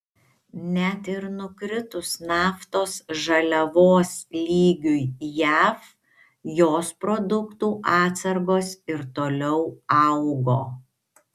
net ir nukritus naftos žaliavos lygiui jav jos produktų atsargos ir toliau augo